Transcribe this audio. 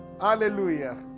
Hallelujah